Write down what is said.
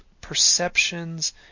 perceptions